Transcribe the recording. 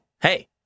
hey